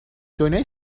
دنیای